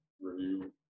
review